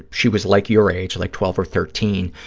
she was like your age, like twelve or thirteen,